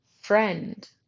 friend